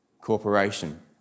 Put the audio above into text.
Corporation